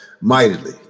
mightily